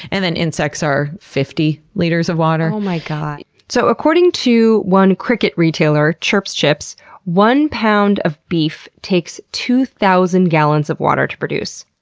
and then insects are fifty liters of water. um like ah so according to one cricket retailer, chirpschips, one pound of beef takes two thousand gallons of water to produce.